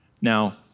Now